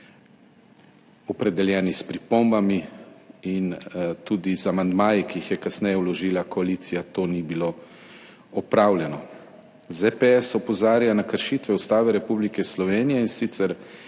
opredeljeni s pripombami in tudi z amandmaji, ki jih je kasneje vložila koalicija to ni bilo opravljeno. ZPS opozarja na kršitve Ustave Republike Slovenije, in sicer